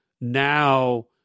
now